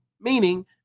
meaning